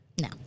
No